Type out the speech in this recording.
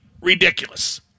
ridiculous